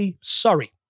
Sorry